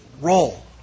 role